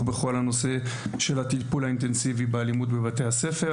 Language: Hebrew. בכל הנושא של הטיפול האינטנסיבי באלימות בבתי-הספר.